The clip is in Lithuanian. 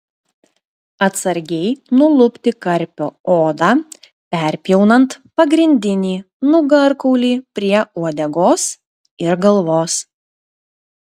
atsargiai nulupti karpio odą perpjaunant pagrindinį nugarkaulį prie uodegos ir galvos